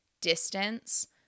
distance